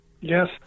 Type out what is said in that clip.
Yes